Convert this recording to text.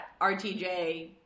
RTJ